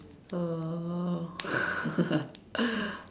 uh